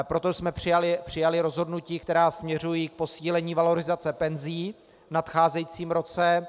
Proto jsme přijali rozhodnutí, která směřují k posílení valorizace penzí v nadcházejícím roce.